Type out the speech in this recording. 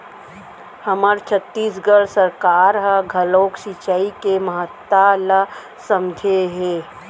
हमर छत्तीसगढ़ सरकार ह घलोक सिचई के महत्ता ल समझे हे